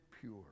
pure